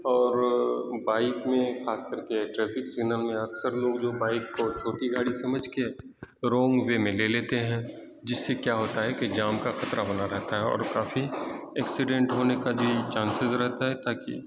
اور بائیک میں خاص کر کے ٹریفک سگنل میں اکثر لوگ جو بائیک کو چھوٹی گاڑی سمجھ کے رانگ وے میں لے لیتے ہیں جس سے کیا ہوتا ہے کہ جام کا خطرہ بنا رہتا ہے اور کافی ایکسیڈینٹ ہونے کا بھی چانسیز رہتا ہے تاکہ